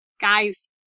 guys